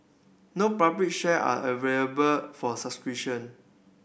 no public share are available for suspicion